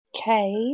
okay